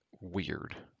weird